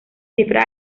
cifras